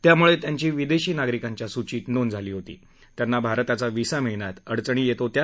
त्यामुळे त्यांची विदेशी नागरिकांच्या सूचित नोंद झाल्यानं त्यांना भारताचा व्हिसा मिळण्यात अडचणी येत होत्या